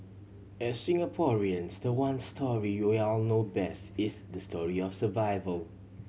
as Singaporeans the one story know best is the story of survival